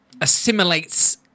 assimilates